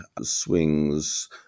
swings